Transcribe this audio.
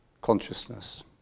consciousness